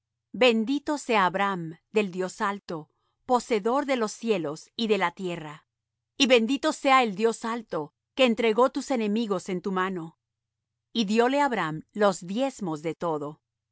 bendito sea abram del dios alto poseedor de los cielos y de la tierra y bendito sea el dios alto que entregó tus enemigos en tu mano y dióle abram los diezmos de todo